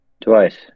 Twice